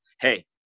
hey